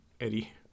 Eddie